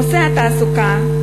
נושא התעסוקה,